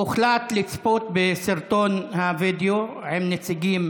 הוחלט לצפות בסרטון הווידיאו עם נציגים